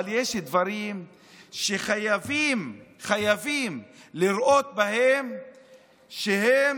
אבל יש דברים שחייבים לראות שהם